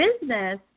business